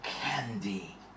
candy